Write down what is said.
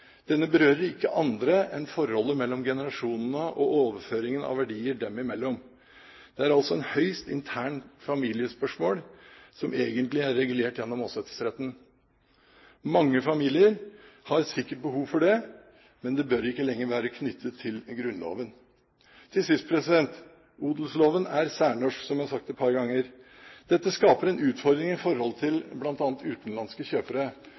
berører ikke andre enn forholdet mellom generasjonene og overføringen av verdier dem imellom. Det er altså et høyst internt familiespørsmål som egentlig er regulert gjennom åsetesretten. Mange familier har sikkert behov for det, men det bør ikke lenger være knyttet til Grunnloven. Til sist: Odelsloven er særnorsk, som jeg har sagt et par ganger. Dette skaper en utfordring i forhold til bl.a. utenlandske kjøpere. Norsk landbruk har jo vært veldig oppsatt på at utenlandske kjøpere